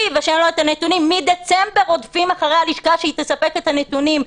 ושאין לו את הנתונים מדצמבר רודפים אחרי הלשכה שהיא תספק את הנתונים,